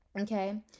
okay